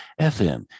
FM